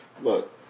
look